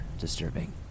disturbing